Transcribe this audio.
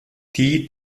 die